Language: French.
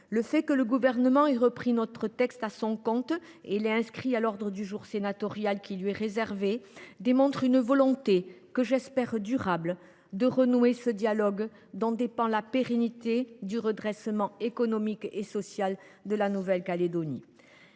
général. Que le Gouvernement ait repris notre texte à son compte et qu’il l’ait inscrit à l’ordre du jour de notre assemblée qui lui est réservé montre une volonté, que j’espère durable, de renouer le fil du dialogue dont dépend la pérennité du redressement économique et social de la Nouvelle Calédonie.